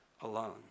alone